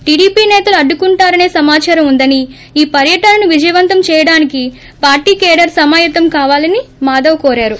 TDP నేతలు అడ్డుకుంటా రసే సమాచారం ఉందని ఈ పర్యటనను విజయవంతం చేయడానికి పార్షీ కేడర్ సమాయత్తం కావాలని మాధవ్ కోరారు